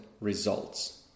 results